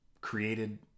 created